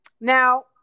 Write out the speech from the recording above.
Now